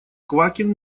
квакин